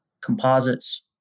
composites